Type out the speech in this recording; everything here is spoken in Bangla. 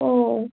ও